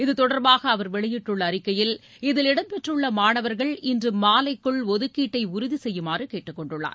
இது தொடர்பாக அவர் வெளியிட்டுள்ள அறிக்கையில் இதில் இடம் பெற்றுள்ள மாணவர்கள் இன்று மாலைக்குள் ஒதுக்கீட்டை உறுதி செய்யுமாறு கேட்டுக் கொண்டுள்ளார்